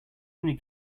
only